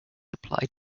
applied